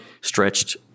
stretched